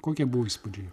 kokie buvo įspūdžiai